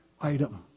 item